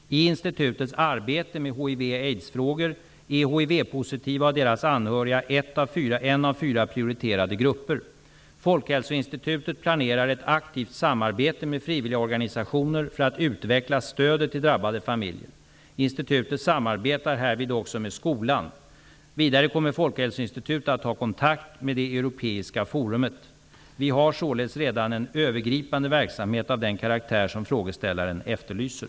I institutets arbete med hiv/aids-frågor är hivpositiva och deras anhöriga ett av fyra prioriterade områden. Folkhälsoinstitutet planerar ett aktivt samarbete med frivilliga organisationer för att utveckla stödet till drabbade familjer. Institutet samarbetar härvid också med skolan. Vidare kommer Folkhälsoinstitutet att ha kontakt med det europeiska forumet. Vi har således redan en övergripande verksamhet av den karaktär som frågeställaren efterlyser.